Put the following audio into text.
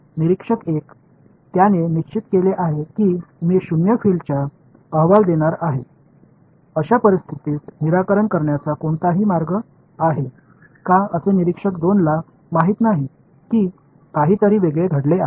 निरीक्षक 1 त्याने निश्चित केले आहे की मी शून्य फील्डचा अहवाल देणार आहे अशा परिस्थितीत निराकरण करण्याचा कोणताही मार्ग आहे का असे निरीक्षक 2 ला माहित नाही की काहीतरी वेगळे घडले आहे